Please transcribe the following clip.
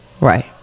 right